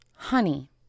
Honey